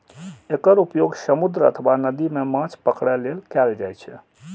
एकर उपयोग समुद्र अथवा नदी मे माछ पकड़ै लेल कैल जाइ छै